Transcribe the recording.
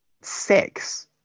Six